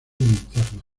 internas